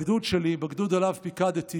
בגדוד שלי, בגדוד שעליו פיקדתי,